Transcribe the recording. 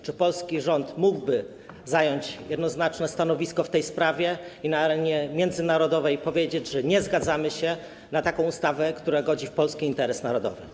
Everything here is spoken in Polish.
Czy polski rząd mógłby zająć jednoznaczne stanowisko w tej sprawie i na arenie międzynarodowej powiedzieć, że nie zgadzamy się na taką ustawę, która godzi w polski interes narodowy?